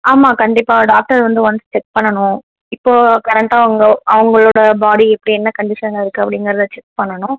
ஆமாம் கண்டிப்பாக டாக்டர் வந்து ஒன்ஸ் செக் பண்ணணும் இப்போது கரெண்டா அவங்க அவங்களோட பாடி எப்போ என்ன கண்டிஷன்ல இருக்குது அப்படிங்கறத செக் பண்ணணும்